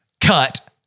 Cut